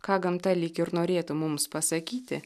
ką gamta lyg ir norėtų mums pasakyti